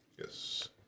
Yes